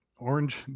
orange